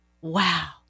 wow